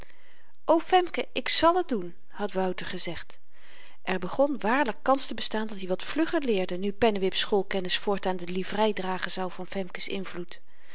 o femken ik zal het doen had wouter gezegd er begon waarlyk kans te bestaan dat-i wat vlugger leerde nu pennewips schoolkennis voortaan de livrei dragen zou van femkes invloed